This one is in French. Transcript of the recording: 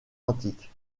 antiques